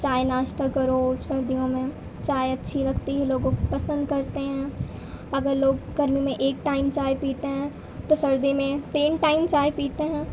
چائے ناشتہ کرو سردیوں میں چائے اچّھی لگتی ہے لوگوں کو پسند کرتے ہیں اگر لوگ گرمی میں ایک ٹائم چائے پیتے ہیں تو سردی میں تین ٹائم چائے پیتے ہیں